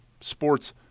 sports